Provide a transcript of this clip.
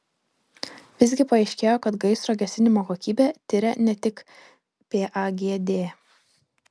visgi paaiškėjo kad gaisro gesinimo kokybę tiria ne tik pagd